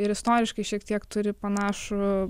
ir istoriškai šiek tiek turi panašų